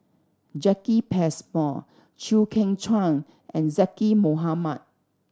Jacki Passmore Chew Kheng Chuan and Zaqy Mohamad